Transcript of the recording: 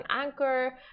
anchor